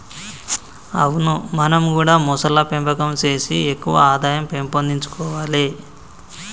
అవును మనం గూడా మొసళ్ల పెంపకం సేసి ఎక్కువ ఆదాయం పెంపొందించుకొవాలే